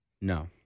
No